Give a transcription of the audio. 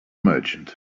merchant